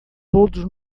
todos